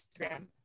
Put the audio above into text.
Instagram